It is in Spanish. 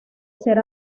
ser